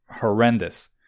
horrendous